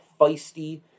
feisty